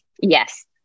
yes